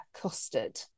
custard